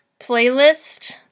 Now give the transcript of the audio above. playlist